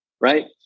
Right